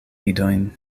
idojn